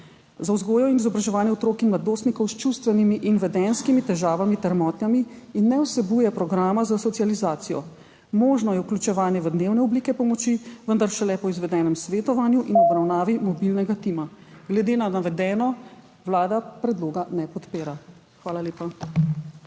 za vzgojo in izobraževanje otrok in mladostnikov s čustvenimi in vedenjskimi težavami ter motnjami in ne vsebuje programa za socializacijo. Možno je vključevanje v dnevne oblike pomoči, vendar šele po izvedenem svetovanju in obravnavi mobilnega tima. Glede na navedeno, Vlada predloga ne podpira. Hvala lepa.